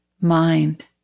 mind